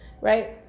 right